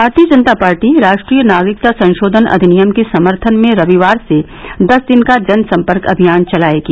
भारतीय जनता पार्टी राष्ट्रीय नागरिकता संशोधन अधिनियम के समर्थन में रविवार से दस दिन का जनसंपर्क अभियान चलाएगी